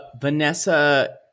Vanessa